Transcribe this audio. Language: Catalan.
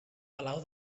palau